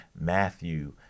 Matthew